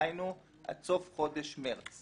היינו עד סוף חודש מרץ.